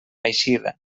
eixida